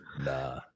Nah